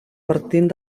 partint